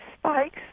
spikes